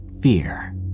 fear